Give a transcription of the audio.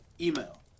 email